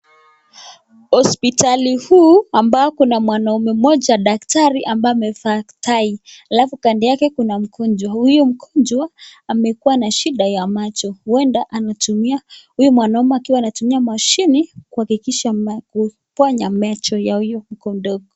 Hospitali hii ambapo kuna mwaname moja daktari ambaze amevaa tai, alafu kando kuna mkunju. Huyu mkunju amekua na shida ya macho. UWenda huzu mwanaume anatumia mashimi kuakikisha kuponza macho za huyu mdogo.